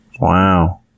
wow